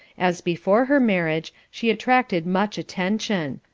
as before her marriage, she attracted much attention.